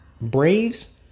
Braves